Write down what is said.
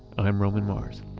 i'm roman mars